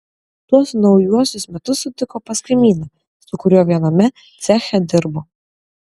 tuos naujuosius metus sutiko pas kaimyną su kuriuo viename ceche dirbo